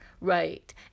Right